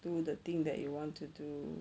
do the thing that you want to do